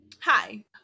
Hi